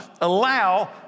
allow